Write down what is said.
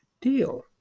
deal